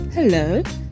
Hello